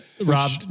Rob